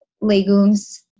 Legumes